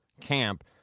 camp